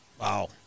Wow